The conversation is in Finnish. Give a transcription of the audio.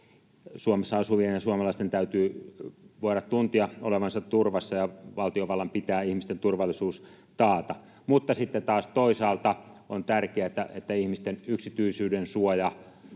Suomessa asuvien ja suomalaisten täytyy voida tuntea olevansa turvassa ja valtiovallan pitää ihmisten turvallisuus taata. Mutta sitten taas toisaalta on tärkeätä, että ihmisten yksityisyydensuoja on